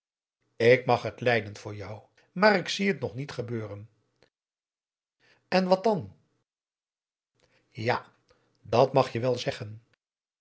ik mag het lijden voor jou maar ik zie het nog niet gebeuren en wat dan ja dat mag je wel zeggen